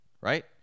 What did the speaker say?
right